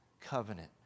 covenant